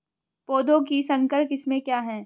पौधों की संकर किस्में क्या हैं?